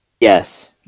yes